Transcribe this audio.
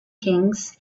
kings